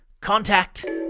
Contact